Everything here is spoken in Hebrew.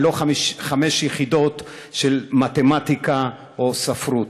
ולא חמש יחידות של מתמטיקה או ספרות.